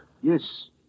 Yes